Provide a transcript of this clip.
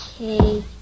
Okay